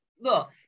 look